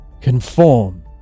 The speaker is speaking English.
conform